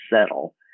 settle